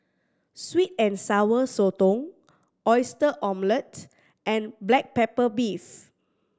sweet and Sour Sotong Oyster Omelette and black pepper beef